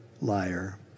liar